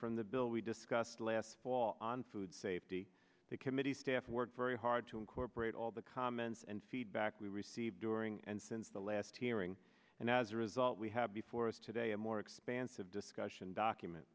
from the bill we discussed last fall on food safety the committee staff worked very hard to incorporate all the comments and feedback we received during and since the last hearing and as a result we have before us today a more expansive discussion document